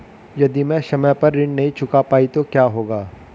यदि मैं समय पर ऋण नहीं चुका पाई तो क्या होगा?